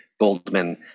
Goldman